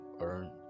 earn